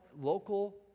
local